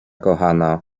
kochana